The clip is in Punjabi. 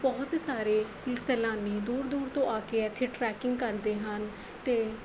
ਬਹੁਤ ਸਾਰੇ ਸੈਲਾਨੀ ਦੂਰ ਦੂਰ ਤੋਂ ਆ ਕੇ ਇੱਥੇ ਟ੍ਰੈਕਿੰਗ ਕਰਦੇ ਹਨ ਅਤੇ